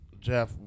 Jeff